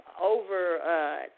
over